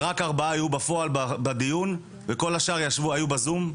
ורק ארבעה היו בפועל בדיון, וכל השאר היו בזום.